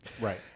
Right